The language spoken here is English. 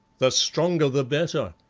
the stronger the better,